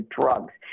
drugs